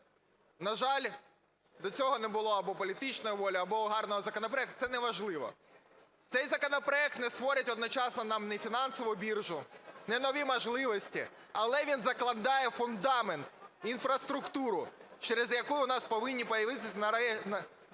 На жаль, до цього не було або політичної волі, або гарного законопроекту, це неважливо. Це законопроект не створить одночасно нам не фінансову біржу, не нові можливості, але він закладає фундамент, інфраструктуру, через яку у нас повинні появитися, нарешті,